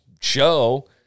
show